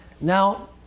Now